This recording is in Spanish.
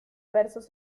versos